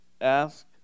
ask